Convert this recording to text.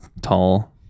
tall